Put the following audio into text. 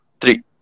Three